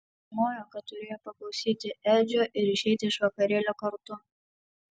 žinojo kad turėjo paklausyti edžio ir išeiti iš vakarėlio kartu